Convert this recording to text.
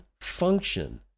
function